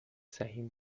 سهیم